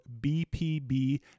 BPB